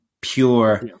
pure